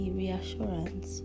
reassurance